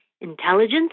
intelligence